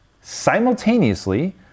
simultaneously